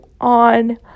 on